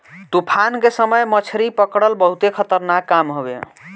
तूफान के समय मछरी पकड़ल बहुते खतरनाक काम हवे